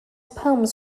poems